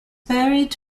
buried